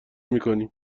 میکنیم